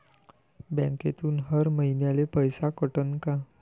बँकेतून हर महिन्याले पैसा कटन का?